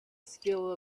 skill